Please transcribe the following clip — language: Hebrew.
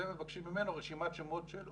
ומבקשים ממנו רשימת שמות של עובדים.